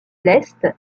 l’est